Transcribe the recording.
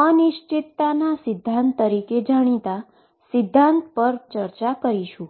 uncertainty principle તરીકે જાણીતા સિદ્ધાંત પર આપણે ચર્ચા કરીશુ